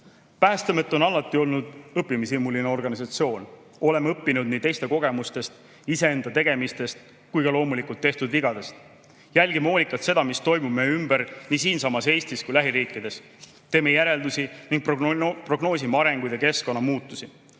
on alati olnud õppimishimuline organisatsioon. Oleme õppinud nii teiste kogemustest, iseenda tegemistest kui ka loomulikult tehtud vigadest. Jälgime hoolikalt seda, mis toimub meie ümber nii siinsamas Eestis kui lähiriikides. Teeme järeldusi ning prognoosime arenguid ja keskkonnamuutusi. Valmistuda